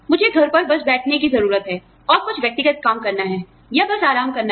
मुझे बस घर पर बैठने की ज़रूरत है और कुछ व्यक्तिगत काम करना है या बस आराम करना है